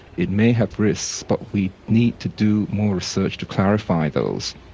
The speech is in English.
it may have risks, but we need to do more research to clarify those.